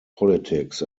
politics